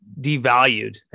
devalued